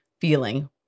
feeling